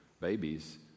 babies